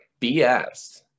BS